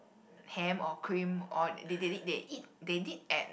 ham or cream or they they they eat they did add